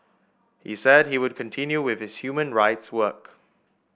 he said he would continue with his human rights work